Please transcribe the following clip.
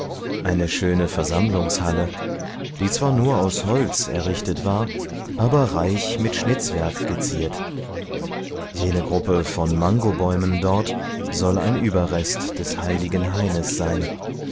eine schöne versammlungshalle die zwar nur aus holz errichtet war aber reich mit schnitzwerk geziert jene gruppe von mangobäumen dort soll ein überrest des heiligen haines sein